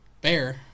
Bear